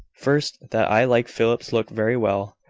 first, that i like philip's looks very well.